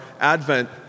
Advent